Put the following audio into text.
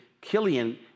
Killian